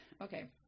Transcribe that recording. okay